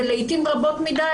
ולעיתים רבות מדי,